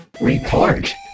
report